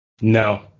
No